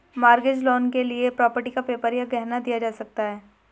mortgage loan के लिए property का पेपर या गहना दिया जा सकता है